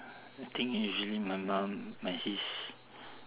I think usually my mum my sis